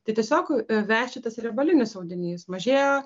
tai tiesiog veši tas riebalinis audinys mažėja